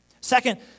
Second